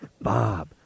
Bob